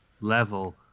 level